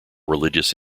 religious